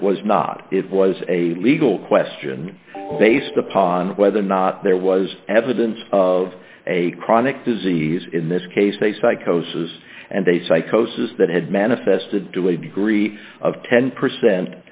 it was not it was a legal question based upon whether or not there was evidence of a chronic disease in this case a psychosis and a psychosis that had manifested to a degree of ten percent